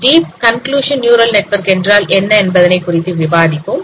deep convolution neural network என்றால் என்ன என்பதனை குறித்து விவாதிப்போம்